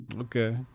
Okay